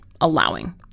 allowing